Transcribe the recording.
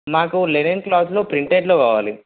నాకు లినిన్ క్లాత్లో ప్రింటెడ్లో కావాలి